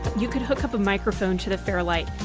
you could hook up a microphone to the fairlight,